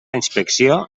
inspecció